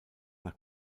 nach